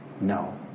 No